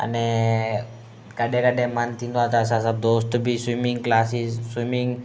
अने कॾहिं कॾहिं मनु थींदो आहे त असां सभु दोस्त बि स्विमिंग क्लासिस स्विमिंग